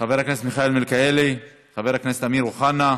חבר הכנסת מיכאל מלכיאלי, חבר הכנסת אמיר אוחנה,